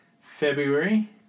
February